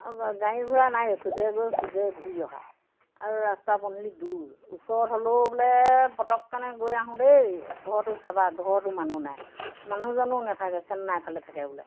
গাড়ী ঘূৰা নাই খোজেৰে গৈ খোজেৰে ঘূৰি অহা আৰু ৰাস্তা পদূলি দূৰ ওচৰত হ'লেও বোলে পটককেনে গৈ আহোঁ দেই ঘৰটো চাবা ঘৰতো মানুহ নাই মানুহজনো নাথাকে চেন্নাই ফালে থাকে বোলে